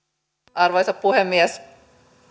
arvoisa puhemies